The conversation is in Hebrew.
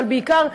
אבל בעיקר,